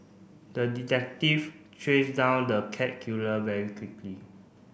the detective trace down the cat killer very quickly